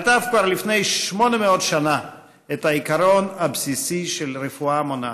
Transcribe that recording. כתב כבר לפני 800 שנה את העיקרון הבסיסי של הרפואה המונעת: